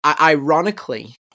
ironically